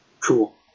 Cool